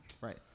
Right